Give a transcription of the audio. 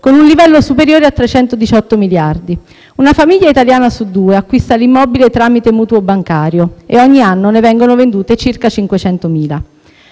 con un livello superiore a 318 miliardi di euro. Una famiglia italiana su due acquista l'immobile tramite mutuo bancario (e ogni anno ne vengono vendute circa 500.000);